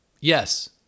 Yes